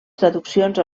traduccions